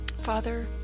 Father